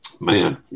man